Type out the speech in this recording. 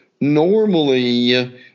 normally